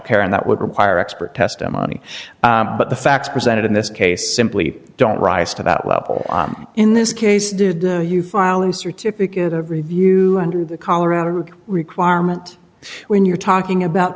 care and that would require expert testimony but the facts presented in this case simply don't rise to that level in this case did you file a certificate of review under the colorado requirement when you're talking about